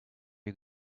you